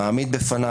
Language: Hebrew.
זה מעמיד בפניו,